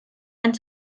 and